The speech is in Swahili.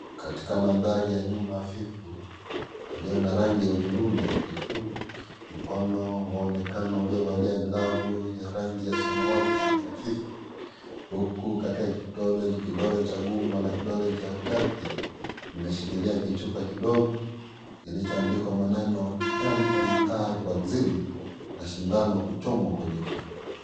Katika mandahri ya nyuma hafifu ilyo na rangi ya hudhurungi hafifu, mkono waonekana ulio valia glavu ya rangi ya samawati hafifu huku katika kidole cha gumba na kidole cha kati imeshikilia kichupa kidogo kilichoandikwa maneno mmr vaccine na sindano kuchomwa kwenye chupa.